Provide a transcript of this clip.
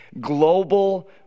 global